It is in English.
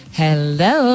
hello